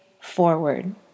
forward